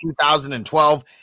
2012